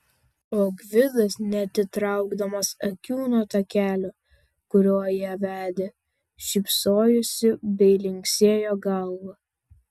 o gvidas neatitraukdamas akių nuo takelio kuriuo ją vedė šypsojosi bei linksėjo galva